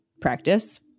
practice